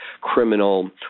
criminal